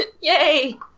Yay